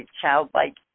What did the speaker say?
childlike